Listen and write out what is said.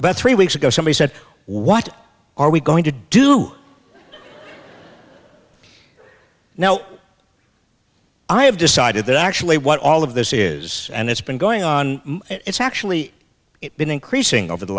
about three weeks ago somebody said what are we going to do now i have decided that actually what all of this is and it's been going on it's actually been increasing over the